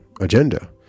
agenda